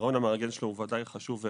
הרעיון המארגן של החוק הוא חשוב והכרחי.